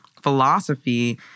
philosophy